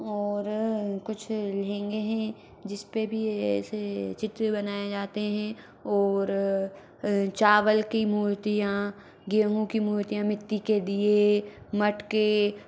और कुछ लहंगे हैं जिस पर भी ऐसे चित्र बनाए जाते हैं और चावल की मूर्तियाँ गेहूं की मूर्तियाँ मिट्टी के दिए मटके